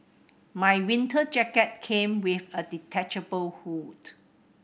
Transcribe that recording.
my winter jacket came with a detachable hood